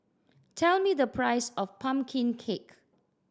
tell me the price of pumpkin cake